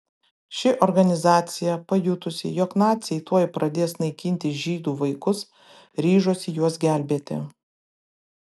ši organizacija pajutusi jog naciai tuoj pradės naikinti žydų vaikus ryžosi juos gelbėti